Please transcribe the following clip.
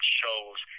shows